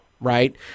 Right